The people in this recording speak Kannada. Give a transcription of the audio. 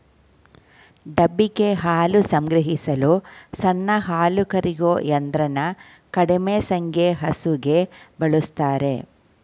ಡಬ್ಬಿಗೆ ಹಾಲು ಸಂಗ್ರಹಿಸಲು ಸಣ್ಣ ಹಾಲುಕರೆಯೋ ಯಂತ್ರನ ಕಡಿಮೆ ಸಂಖ್ಯೆ ಹಸುಗೆ ಬಳುಸ್ತಾರೆ